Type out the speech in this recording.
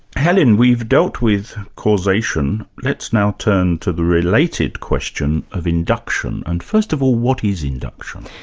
helen, we've dealt with causation, let's now turn to the related question of induction, and first of all, what is induction?